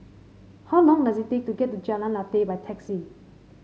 how long does it take to get to Jalan Lateh by taxi